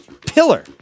pillar